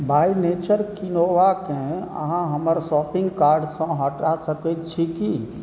बाय nature क्विनोआकेँ अहाँ हमर शॉपिंग कार्टसँ हटा सकैत छी की